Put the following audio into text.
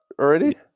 already